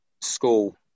school